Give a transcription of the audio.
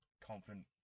confident